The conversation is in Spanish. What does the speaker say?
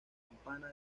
campana